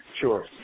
Sure